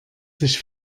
sich